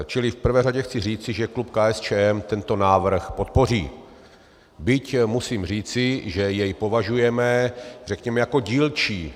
Čili v prvé řadě chci říci, že klub KSČM tento návrh podpoří, byť musím říci, že jej považujeme, řekněme, jako dílčí.